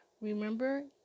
remember